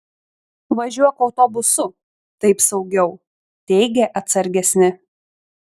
važiuok autobusu taip saugiau teigė atsargesni